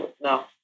No